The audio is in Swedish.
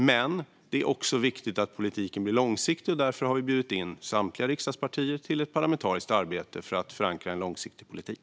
Men det är viktigt att politiken blir långsiktig, och därför har vi bjudit in samtliga riksdagspartier till ett parlamentariskt arbete för att förankra just en sådan politik.